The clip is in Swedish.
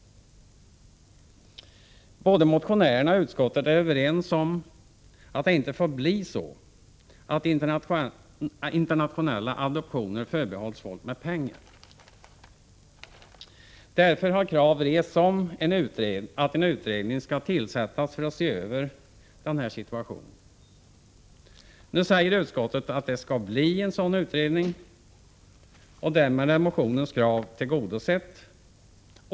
Både motionärerna och utskottet är överens om att det inte får bli så att internationella adoptioner förbehålls folk med pengar. Därför har krav rests på att en utredning skall tillsättas för att se över denna situation. Nu säger utskottet att det skall bli en sådan utredning och därmed är motionens krav tillgodosett.